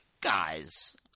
guys